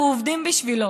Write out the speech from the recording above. אנחנו עובדים בשבילו,